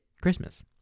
Christmas